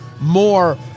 more